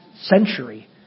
century